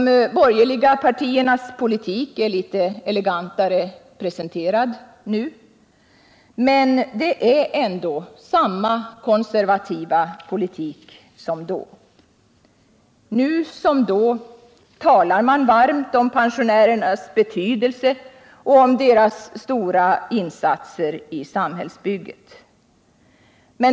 De borgerliga partiernas politik är litet elegantare presenterad nu, men det är ändå samma konservativa politik som då. Nu som då talar de varmt om pensionärernas betydelse och stora insatser i samhällsbygget.